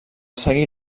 seguir